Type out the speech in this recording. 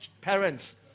Parents